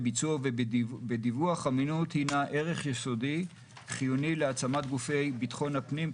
בביצוע ובדיווח אמינות הינה ערך יסודי חיוני להעצמת גופי ביטחון הפנים,